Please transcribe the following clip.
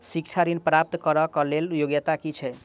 शिक्षा ऋण प्राप्त करऽ कऽ लेल योग्यता की छई?